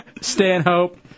Stanhope